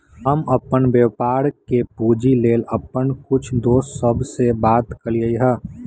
हम अप्पन व्यापार के पूंजी लेल अप्पन कुछ दोस सभ से बात कलियइ ह